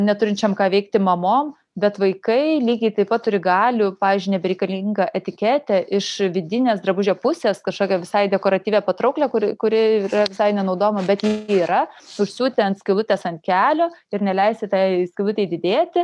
neturinčiom ką veikti mamom bet vaikai lygiai taip pat turi galių pavyzdžiui nebereikalingą etiketę iš vidinės drabužio pusės kažkokią visai dekoratyvią patrauklią kuri kuri yra visai nenaudojama bet ji yra užsiūti ant skylutės ant kelio ir neleisti tai skylutei didėti